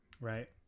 right